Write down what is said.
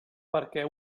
perquè